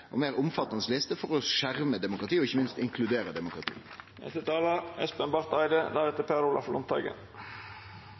og kome opp med ei meir omfattande liste for å skjerme demokratiet og ikkje minst for å inkludere